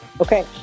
okay